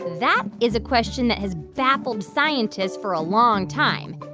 that is a question that has baffled scientists for a long time.